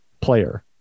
player